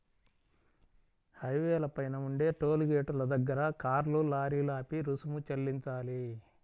హైవేల పైన ఉండే టోలు గేటుల దగ్గర కార్లు, లారీలు ఆపి రుసుము చెల్లించాలి